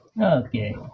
Okay